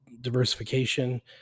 diversification